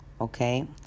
okay